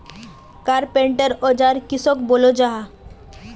Carpenter औजार किसोक बोलो जाहा?